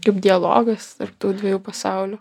kaip dialogas tarp tų dviejų pasaulių